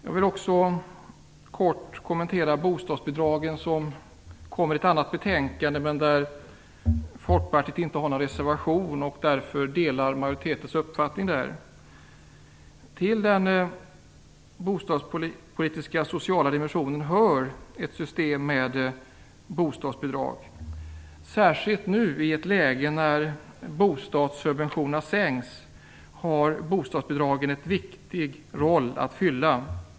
Jag vill också kort kommentera bostadsbidragen som kommer att behandlas i ett annat betänkande men där Folkpartiet inte har någon reservation utan delar majoritetens uppfattning. Till den bostadspolitiska sociala dimensionen hör ett system med bostadsbidrag. Särskilt nu i ett läge där bostadssubventionerna sänks har bostadsbidragen en viktig roll att fylla.